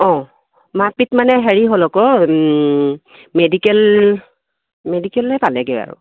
অঁ মাৰ পিত মানে হেৰি হ'ল আকৌ মেডিকেল মেডিকেলেই পালেগৈ আৰু